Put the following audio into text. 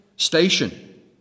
station